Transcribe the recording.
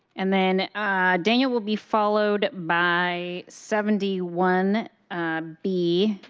and then daniel will be followed by seventy one b,